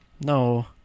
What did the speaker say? No